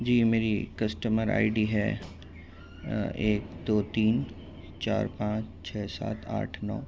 جی میری customer ID ڈی ہے ایک دو تین چار پانچ چھ سات آٹھ نو